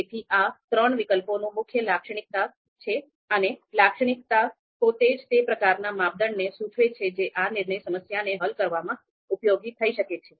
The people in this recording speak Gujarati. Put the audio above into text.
તેથી આ આ ત્રણ વિકલ્પોનું મુખ્ય લાક્ષણિકતા છે અને લાક્ષણિકતા પોતે જ તે પ્રકારનાં માપદંડને સૂચવે છે જે આ નિર્ણય સમસ્યાને હલ કરવામાં ઉપયોગી થઈ શકે છે